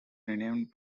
renamed